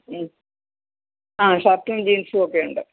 ആ ഷർട്ടും ജീൻസും ഒക്കെയുണ്ട്